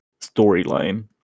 storyline